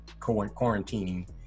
quarantining